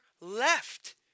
left